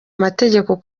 mategeko